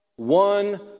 One